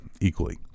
equally